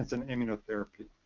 and immunotherapy.